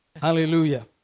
Hallelujah